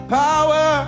power